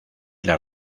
las